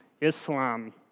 Islam